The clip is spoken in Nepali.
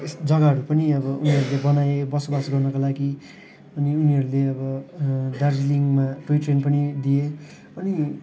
जग्गाहरू पनि अब उनीहरूले बनाए बसोबास गर्नुको लागि अनि उनीहरूले अब दार्जिलिङमा टोय ट्रेन पनि दिए अनि